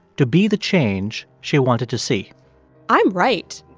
to be the change she wanted to see i'm right.